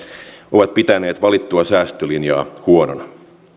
ovat pitäneet valittua säästölinjaa huonona